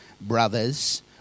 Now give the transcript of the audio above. brothers